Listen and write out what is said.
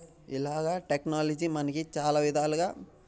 ఇలా టెక్నాలజీ మనకి చాలా విధాలుగా